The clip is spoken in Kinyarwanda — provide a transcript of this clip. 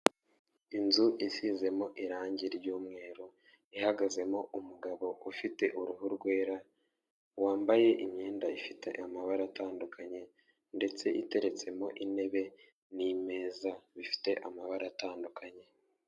Inzu isizemo irangi ry'umweru, ihagazemo umugabo ufite uruhu rwera wambaye imyenda ifite amabara atandukanye, ndetse iteretsemo intebe n'imeza bifite amabara atandukanye.